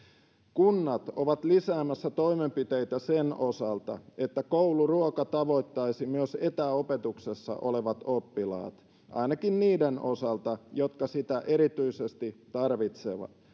kunnat ovat lisäämässä toimenpiteitä sen osalta että kouluruoka tavoittaisi myös etäopetuksessa olevat oppilaat ainakin niiden osalta jotka sitä erityisesti tarvitsevat